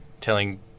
telling